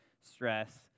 stress